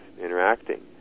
interacting